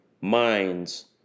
Minds